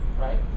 Right